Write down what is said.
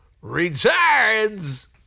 returns